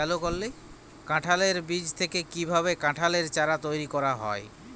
কাঁঠালের বীজ থেকে কীভাবে কাঁঠালের চারা তৈরি করা হয়?